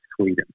Sweden